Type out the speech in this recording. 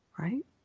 Right